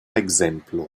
ekzemplo